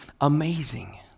amazing